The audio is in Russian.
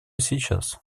сейчас